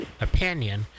opinion